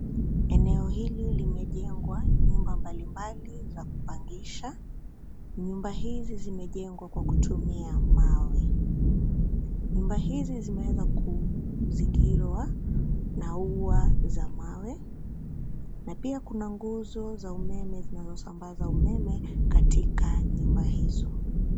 Eneo hili limejengwa, nyumba mbalimbali za kupangisha, nyumba hizi zimejengwa kwa kutumia mawe, nyumba hizi zimeweza kuzingirwa, na ua za mawe, na pia kuna nguzo za umeme zinazosambaza umeme katika nyumba hizo.